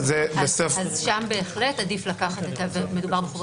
אז שם בהחלט מדובר בחובות